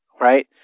right